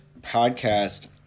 podcast